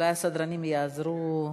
אולי הסדרנים יעזרו.